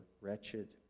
wretched